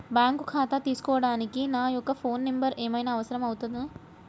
Bank ఖాతా తీసుకోవడానికి నా యొక్క ఫోన్ నెంబర్ ఏమైనా అవసరం అవుతుందా?